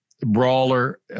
brawler